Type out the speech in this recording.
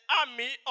army